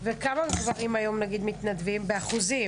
וכמה אחוזים